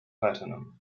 platinum